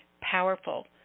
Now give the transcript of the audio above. powerful